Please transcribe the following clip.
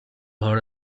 her